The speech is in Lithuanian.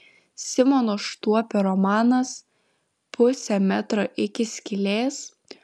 simono štuopio romanas pusė metro iki skylės